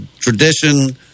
tradition